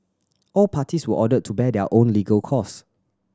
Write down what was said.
all parties were ordered to bear their own legal cost